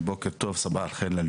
בוקר טוב לכולם,